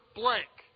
blank